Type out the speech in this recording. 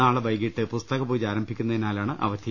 നാളെ വൈകിട്ട് പുസ്തകപൂജ ആരംഭിക്കുന്നതിനാലാണ് അവധി